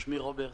שמי רוברט,